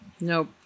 Nope